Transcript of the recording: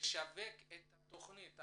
לשווק את התכנית.